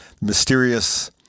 mysterious